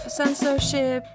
censorship